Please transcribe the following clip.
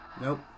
Nope